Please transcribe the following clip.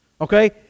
Okay